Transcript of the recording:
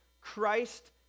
Christ